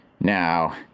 Now